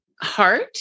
heart